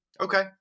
Okay